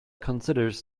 considers